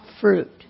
fruit